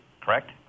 correct